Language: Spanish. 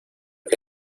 que